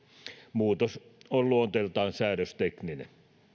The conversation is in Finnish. muutos on luonteeltaan säädöstekninen